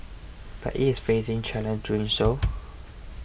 but it is facing challenges doing so